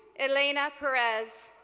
elena perez,